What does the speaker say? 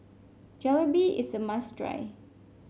Jalebi is a must try